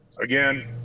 Again